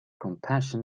compassion